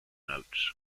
notes